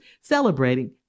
celebrating